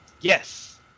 Yes